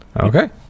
Okay